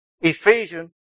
Ephesians